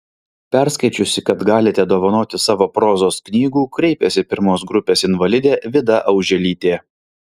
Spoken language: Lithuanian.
perskaičiusi kad galite dovanoti savo prozos knygų kreipėsi pirmos grupės invalidė vida auželytė